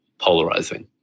polarizing